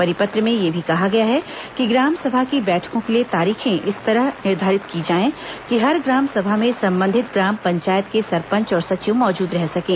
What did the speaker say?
परिपत्र में यह भी कहा गया है कि ग्राम सभा की बैठकों के लिए तारीखें इस तरह निर्धारित की जाएं कि हर ग्राम सभा में संबंधित ग्राम पंचायत के सरपंच और सचिव मौजूद रह सकें